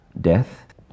death